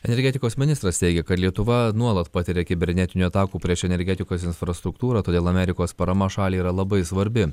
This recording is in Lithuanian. energetikos ministras teigia kad lietuva nuolat patiria kibernetinių atakų prieš energetikos infrastruktūrą todėl amerikos parama šaliai yra labai svarbi